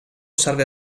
serve